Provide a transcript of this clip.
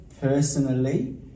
personally